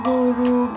Guru